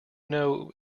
know